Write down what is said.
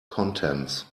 contents